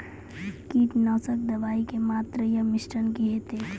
कीटनासक दवाई के मात्रा या मिश्रण की हेते?